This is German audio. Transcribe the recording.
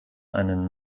einen